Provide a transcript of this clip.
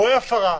רואה הפרה,